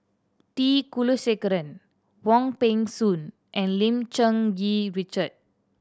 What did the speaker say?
T Kulasekaram Wong Peng Soon and Lim Cherng Yih Richard